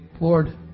Lord